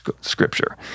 scripture